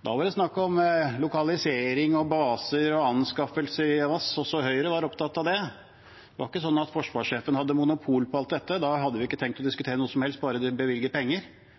Da var det snakk om lokalisering og baser og anskaffelser. Også Høyre var opptatt av det. Det var ikke sånn at forsvarssjefen hadde monopol på alt dette. Da hadde vi ikke trengt å